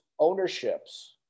ownerships